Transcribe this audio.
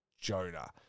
Jonah